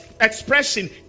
expression